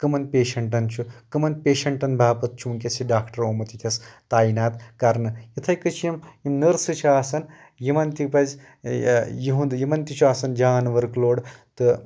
کٕمن پیشنٛٹن کٕمن پیشنٛٹن باپَتھ چھُ وٕنکیٚس یہِ ڈاکٹر اومُت وٕنٛکیٚن تایِنات کرنہٕ یِتھٕے کٲٹھۍ چھِ یِم نٔرسہٕ چھِ آسان یِمن تہِ چھُ آسان جان ؤرٕک لوڈ تہٕ